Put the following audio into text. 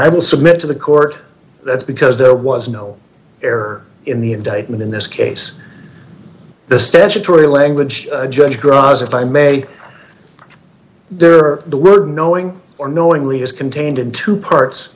i will submit to the court that's because there was no error in the indictment in this case the statutory language judge grass if i may there are the word knowing or knowingly is contained in two parts